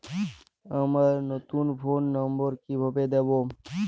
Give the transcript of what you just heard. আমার নতুন phone number কিভাবে দিবো?